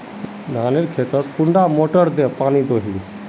धानेर खेतोत कुंडा मोटर दे पानी दोही?